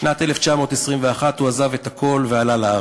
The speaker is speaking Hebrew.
בשנת 1921 הוא עזב הכול ועלה לארץ,